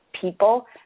people